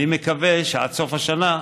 אני מקווה שעד סוף השנה,